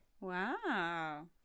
Wow